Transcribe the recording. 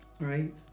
right